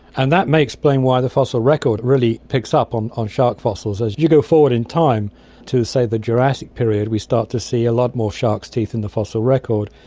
and that may explain why the fossil record really picks up on on shark fossils. as you go forward in time to, say, the jurassic period, we start to see a lot more sharks' teeth in the fossil record,